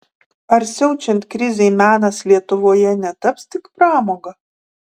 ar siaučiant krizei menas lietuvoje netaps tik pramoga